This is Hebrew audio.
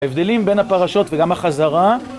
הבדלים בין הפרשות וגם החזרה.